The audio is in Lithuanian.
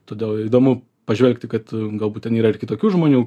todėl įdomu pažvelgti kad galbūt ten yra ir kitokių žmonių